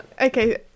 Okay